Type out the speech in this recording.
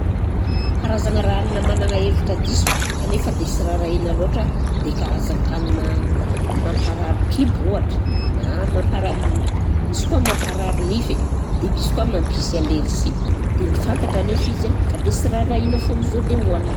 Karazagna raha hanina managna hevitra diso kanefa dia sy raharahiana loatra dia karazan-kanina mampaharary kibo ohatra na mamparam- misy koa mamparary nify dia misy koa mampisy alerzia dia fantatra anefa izy a fa dia sy raharahiana foagna izao dia hohanina.